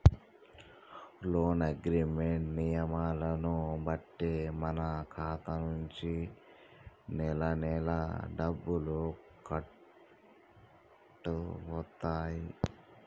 loan agreement నియమాలను బట్టే మన ఖాతా నుంచి నెలనెలా డబ్బులు కట్టవుతాయి